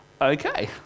Okay